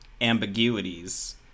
ambiguities